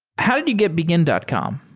how did you get begin dot com?